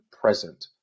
present